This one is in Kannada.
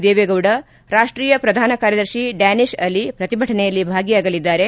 ದೇವೇಗೌಡ ರಾಷ್ಷೀಯ ಪ್ರಧಾನ ಕಾರ್ಯದರ್ತಿ ಡ್ಲಾನೀಶ್ಆಲಿ ಪ್ರತಿಭಟನೆಯಲ್ಲಿ ಭಾಗಿಯಾಗಲಿದ್ದಾರೆ